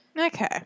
Okay